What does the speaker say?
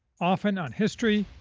often on history,